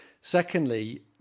Secondly